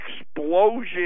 explosion